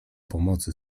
pomocy